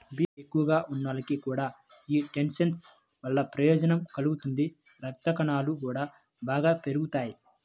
BP ఎక్కువగా ఉన్నోళ్లకి కూడా యీ చెస్ట్నట్స్ వల్ల ప్రయోజనం కలుగుతుంది, రక్తకణాలు గూడా బాగా పెరుగుతియ్యి